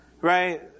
right